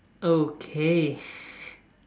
okay